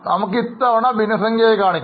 നമുക്ക് ഇത്തവണ ഭിന്നസംഖ്യ ആയി കാണിക്കാം